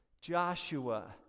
Joshua